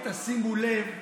תשימו לב,